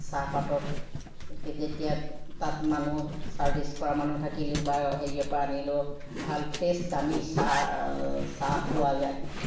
চাহপাতত যেতিয়া তাত মানুহ ছাৰ্ভিচ কৰা মানুহ থাকিলেও বা হেৰিৰ পৰা আনিলেও ভাল ফ্ৰেছ দামী চাহ চাহ পোৱা যায়